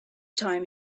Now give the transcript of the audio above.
time